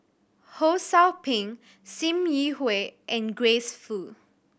Ho Sou Ping Sim Yi Hui and Grace Fu